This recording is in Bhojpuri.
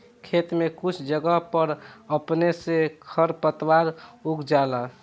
खेत में कुछ जगह पर अपने से खर पातवार उग जाला